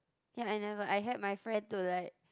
ya I never I had my friend to like